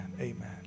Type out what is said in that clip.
Amen